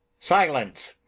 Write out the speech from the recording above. silence!